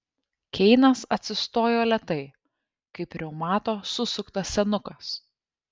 keinas atsistojo lėtai kaip reumato susuktas senukas